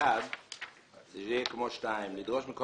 יהיה הבירור